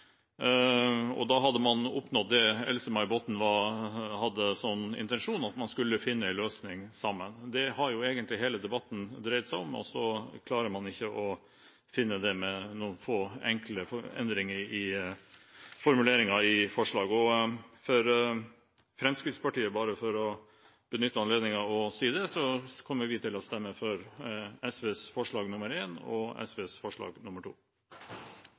storting. Da hadde man oppnådd det Else-May Botten hadde som intensjon: at man skulle finne en løsning sammen. Det er jo det hele denne debatten har dreid seg om, og så klarer man ikke å finne det med noen få, enkle endringer i formuleringen av forslaget. Når det gjelder Fremskrittspartiet – bare for å benytte anledningen til å si det – kommer vi til å stemme for forslagene nr. 1 og 2, fra SV. Jeg har en liten undring over Knag Fylkesnes’ forslag.